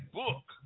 book